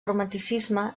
romanticisme